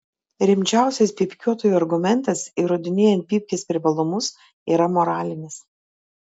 rimčiausias pypkiuotojų argumentas įrodinėjant pypkės privalumus yra moralinis